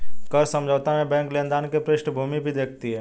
कर्ज समझौता में बैंक लेनदार की पृष्ठभूमि भी देखती है